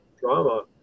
drama